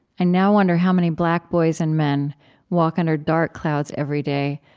i now wonder how many black boys and men walk under dark clouds every day,